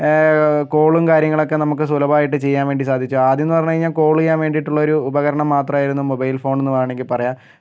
കോളും കാര്യങ്ങളൊക്കെ നമുക്ക് സുലഭമായിട്ട് ചെയ്യാൻ വേണ്ടി സാധിച്ചു ആദ്യം എന്ന് പറഞ്ഞ് കഴിഞ്ഞാൽ കോള് ചെയ്യാൻ വേണ്ടിയിട്ടുള്ളൊരു ഉപകരണം മാത്രായിരുന്നു മൊബൈൽ ഫോൺ എന്ന് വേണമെങ്കിൽ പറയാം